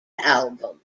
album